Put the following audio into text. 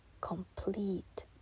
complete